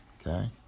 okay